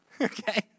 Okay